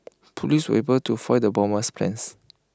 Police were able to foil the bomber's plans